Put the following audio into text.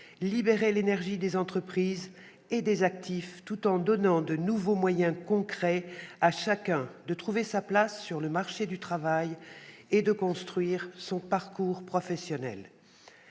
libérer l'énergie des entreprises et des actifs, tout en donnant de nouveaux moyens concrets à chacun de trouver sa place sur le marché du travail et de construire son parcours professionnel.